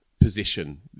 position